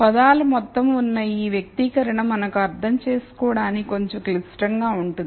పదాల మొత్తం ఉన్న ఈ వ్యక్తీకరణ మనకు అర్థం చేసుకోవడానికి కొంచెం క్లిష్టంగా ఉంటుంది